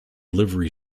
livery